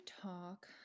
talk